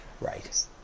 right